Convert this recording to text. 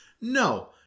No